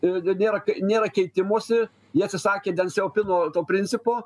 ir ir nėra nėra keitimosi neatsisakė dėl seopino to principo